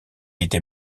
était